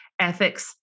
ethics